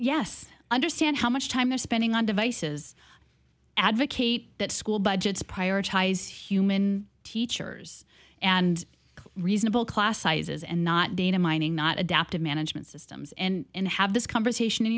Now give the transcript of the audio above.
yes understand how much time they're spending on devices advocate that school budgets prioritize human teachers and reasonable class sizes and not data mining not adaptive management systems and have this conversation in